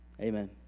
Amen